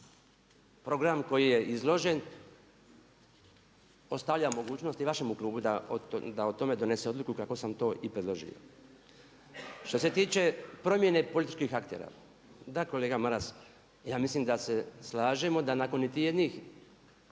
program koji je izložen ostavlja mogućnost i vašemu klubu da o tome donese odluku kako sam to i predložio. Što se tiče promjene političkih aktera, da kolega Maras ja mislim da se slažemo da nakon niti jednih